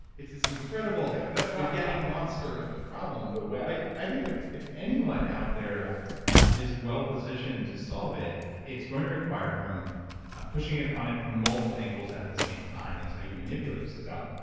it's this incredible spaghetti monster of a problem the but i think if if anyone out there is well positioned to solve it, it's going to require from pushing it on it from multiple angles at the same time. that's how you manipulate a system,